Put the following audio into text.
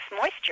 moisture